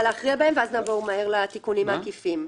להכריע בהם ואז נעבור לתיקונים העקיפים.